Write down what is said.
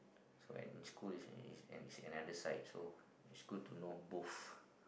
so at school in school it's it's another side so it's good to know both